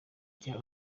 jya